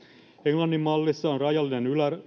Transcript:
englannin mallissa on